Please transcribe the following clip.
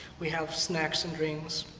we have snacks and drinks.